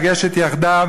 לגשת יחדיו